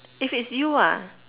it's it's you ah